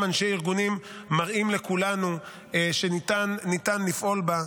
אנשי ארגונים מראים לכולנו שניתן לפעול בה.